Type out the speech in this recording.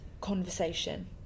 conversation